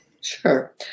Sure